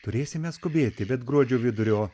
turėsime skubėti bet gruodžio vidurio